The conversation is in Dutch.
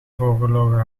voorgelogen